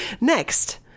Next